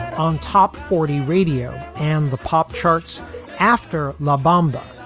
on top forty radio and the pop charts after la bamba,